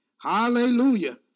Hallelujah